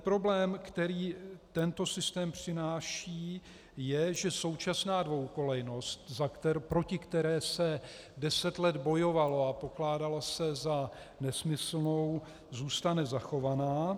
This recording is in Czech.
Problém, který tento systém přináší, je, že současná dvojkolejnost, proti které se deset let bojovalo a pokládala se za nesmyslnou, zůstane zachovaná.